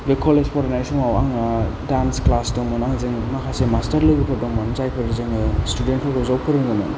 बे कलेज फरायनाय समाव आङो डान्स क्लास दंमोन आंजों माखासे मास्टार लोगोफोर दंमोन जायफोर जोङो स्टुडेन्ट फोरखौ ज' फोरोङोमोन